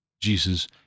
Jesus